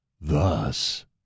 Thus